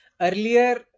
earlier